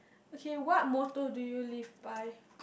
okay what motto do you live by